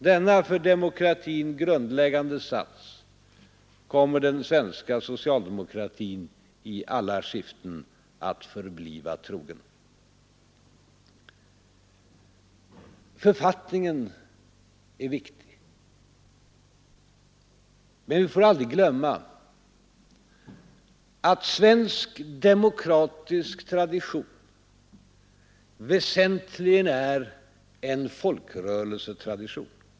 Denna för demokratin grundläggande sats kommer den svenska socialdemokratin i alla skiften att förbliva trogen.” Författningen är viktig. Men vi får aldrig glömma att svensk demokratisk tradition väsentligen är en folkrörelsetradition.